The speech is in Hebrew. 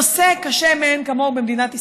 נושא קשה מאין כמוהו במדינת ישראל,